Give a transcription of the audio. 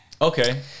Okay